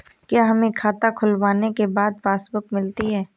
क्या हमें खाता खुलवाने के बाद पासबुक मिलती है?